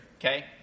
Okay